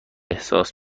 احساس